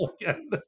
again